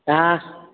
हा